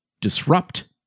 disrupt